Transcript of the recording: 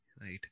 right